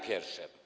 Pierwsze.